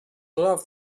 love